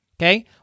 Okay